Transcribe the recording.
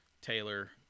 taylor